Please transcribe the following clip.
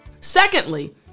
Secondly